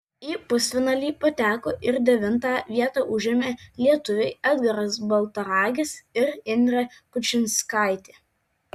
į pusfinalį pateko ir devintąją vietą užėmė lietuviai edgaras baltaragis ir indrė kučinskaitė